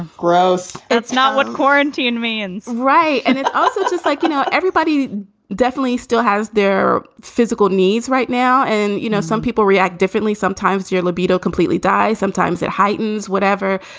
gross. that's not what quarantine means, right? and also, just like, you know, everybody definitely still has their physical needs right now. and, you know, some people react differently. sometimes your libido completely die. sometimes it heightens, whatever.